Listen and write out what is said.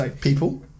People